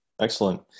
excellent